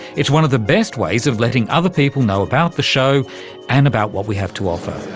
it's one of the best ways of letting other people know about the show and about what we have to offer.